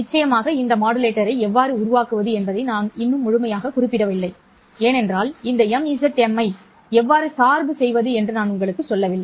நிச்சயமாக இந்த மாடுலேட்டரை எவ்வாறு உருவாக்குவது என்பதை நான் இன்னும் முழுமையாகக் குறிப்பிடவில்லை ஏனென்றால் இந்த MZM ஐ எவ்வாறு சார்பு செய்வது என்று நான் உங்களுக்குச் சொல்லவில்லை